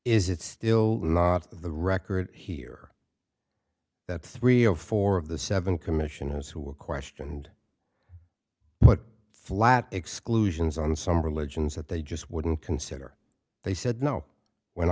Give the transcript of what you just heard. is it still the record here that three or four of the seven commissioners who were questioned but flat exclusions on some religions that they just wouldn't consider they said no when